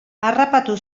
harrapatu